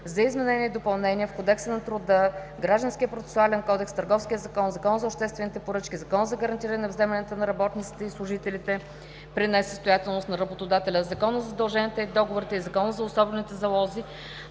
за изменения и допълнения в Кодекса на труда, Гражданския процесуален кодекс, Търговския закон, Закона за обществените поръчки, Закона за гарантиране на вземанията на работниците и служителите при несъстоятелност на работодателя, Закона за задълженията и договорите и Закона за особените залози